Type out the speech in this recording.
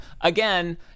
again